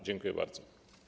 Dziękuję bardzo.